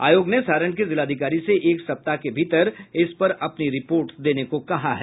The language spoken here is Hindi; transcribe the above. आयोग ने सारण के जिलाधिकारी से एक सप्ताह के भीतर इसपर अपनी रिपोर्ट देने को कहा है